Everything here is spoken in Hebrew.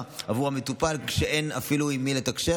עבור המטופל כשאין אפילו עם מי לתקשר,